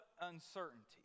uncertainty